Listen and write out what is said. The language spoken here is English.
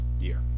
year